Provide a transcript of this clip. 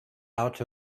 out